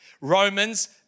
Romans